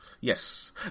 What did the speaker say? Yes